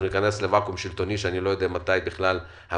ניכנס לוואקום שלטוני שאני לא יודע בכלל מתי